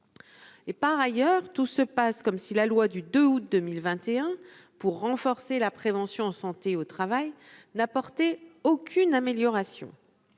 et par ailleurs tout se passe comme si la loi du 2 août 2021 pour renforcer la prévention santé au travail n'a apporté aucune amélioration,